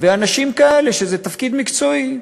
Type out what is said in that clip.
אנשים כאלה, שזה תפקיד מקצועי,